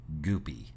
goopy